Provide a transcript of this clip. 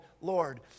Lord